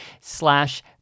slash